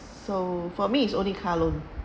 so for me is only car loan